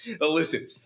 Listen